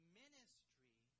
ministry